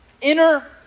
inner